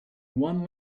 one